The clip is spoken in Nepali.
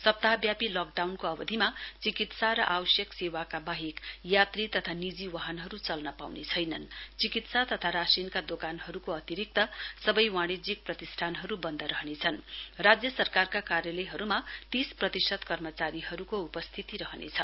सप्ताहव्यापी लकडाउनको अवधिमा चिकित्सा र आवश्यक सेवाका बाहेक यात्री तथा निजी वाहनहरू चल्न पाउने छैनन चिकित्सा तथा राशिनका दोकानहरूको अतिरिक्त सबै वाणिज्यिक प्रतिष्ठानहरू बन्द रहनेछन राज्य सरकारका कार्यलयहरूमा तीस प्रतिशत कर्मचारीहरूको उपस्थिती रहनेछ